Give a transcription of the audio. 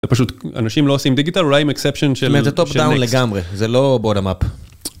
פשוט אנשים לא עושים דיגיטל, אולי עם exception של נקסט. זה טופ דאון לגמרי, זה לא בוטום אפ.